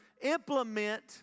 implement